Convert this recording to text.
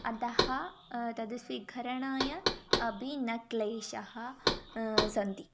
अतः तद् स्वीकरणाय अपि न क्लेशाः सन्ति